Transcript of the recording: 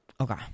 Okay